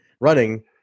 running